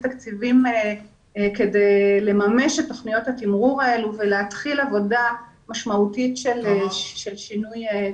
תקציבים כדי לממש את תוכניות התמרור האלה ולהתחיל עבודה משמעותית של שינוי.